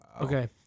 Okay